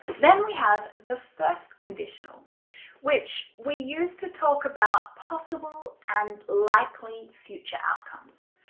then we have the first conditional which we used to talk about possible and likely future outcomes.